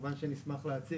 כמובן שנשמח להציג.